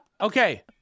Okay